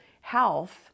health